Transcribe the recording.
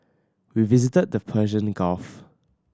we visited the Persian Gulf